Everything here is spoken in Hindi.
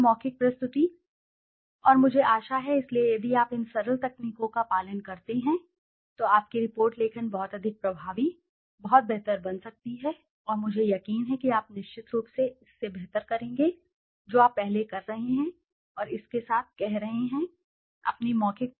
और मौखिक प्रस्तुति और मुझे आशा है इसलिए यदि आप इन सरल तकनीकों का पालन करते हैं तो आपकी रिपोर्ट लेखन बहुत अधिक प्रभावी बहुत बेहतर बन सकती है और मुझे यकीन है कि आप निश्चित रूप से इससे बेहतर करेंगे जो आप पहले कर रहे हैं और इसके साथ कह रहे हैं अपनी मौखिक प्रस्तुति लिखने की रिपोर्ट में भी सुधार होना चाहिए और उन सरल चीजों को ध्यान में रखना चाहिए और मुझे यकीन है कि आप इसे बेहतर करेंगे बहुत बहुत धन्यवाद